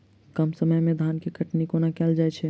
कम समय मे धान केँ कटनी कोना कैल जाय छै?